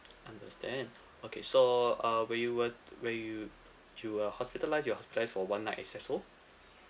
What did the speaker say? understand okay so uh when you were when you you were hospitalised you were hospitalised for one night is that so